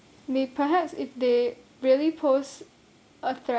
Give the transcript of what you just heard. may~ perhaps if they really pose a threat